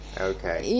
Okay